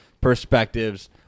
perspectives